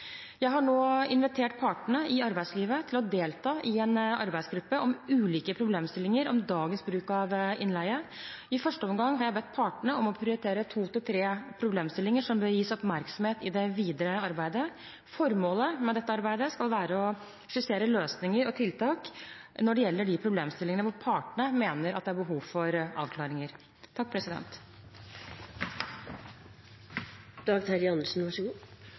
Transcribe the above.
Jeg har nå invitert partene i arbeidslivet til å delta i en arbeidsgruppe om ulike problemstillinger om dagens bruk av innleie. I første omgang har jeg bedt partene om å prioritere to–tre problemstillinger som bør gis oppmerksomhet i det videre arbeidet. Formålet med dette arbeidet skal være å skissere løsninger og tiltak når det gjelder de problemstillinger hvor partene mener det er behov for avklaringer.